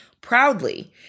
proudly